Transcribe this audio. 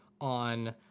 on